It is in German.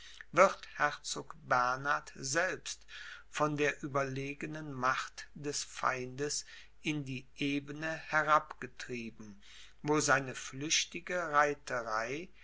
wird herzog bernhard selbst von der überlegenen macht des feindes in die ebene herabgetrieben wo seine flüchtige reiterei